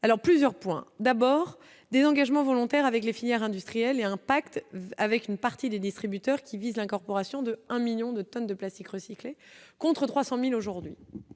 plusieurs points d'abord des engagements volontaires avec les filières industrielles et un pacte avec une partie des distributeurs qui vise l'incorporation de 1 1000000 de tonnes de plastique recyclé, contre 300000 aujourd'hui,